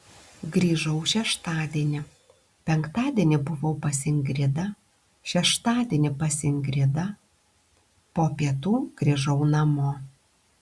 grįžau šeštadienį penktadienį buvau pas ingridą šeštadienį pas ingridą po pietų grįžau namo